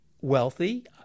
wealthy